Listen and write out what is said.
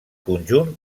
conjunt